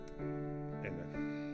Amen